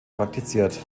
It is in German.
praktiziert